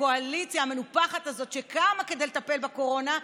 הקואליציה המנופחת הזאת שקמה כדי לטפל בקורונה,